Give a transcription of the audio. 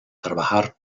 trabajar